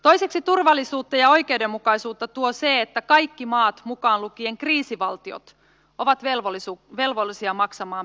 toiseksi turvallisuutta ja oikeudenmukaisuutta tuo se että kaikki maat mukaan lukien kriisivaltiot ovat velvollisia maksamaan pääomaosuutensa